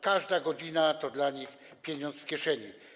Każda godzina to dla nich pieniądz w kieszeni.